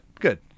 good